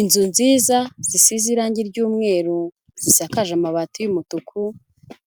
Inzu nziza zisize irangi ry'umweru, zisakaje amabati y'umutuku,